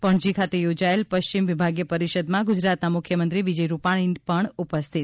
પણજી ખાતે યોજાયેલ પશ્ચિમ વિભાગીય પરીષદમાં ગુજરાતના મુખ્યમંત્રી વિજય રૂપાણીની પણ ઉપસ્થતિ